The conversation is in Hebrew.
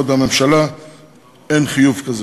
בעוד לממשלה אין חיוב כזה.